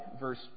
verse